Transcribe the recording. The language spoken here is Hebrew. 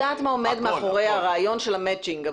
מצ'ינג?